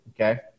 Okay